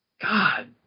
God